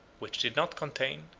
which did not contain,